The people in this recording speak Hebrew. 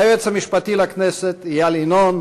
היועץ המשפטי לכנסת איל ינון,